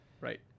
Right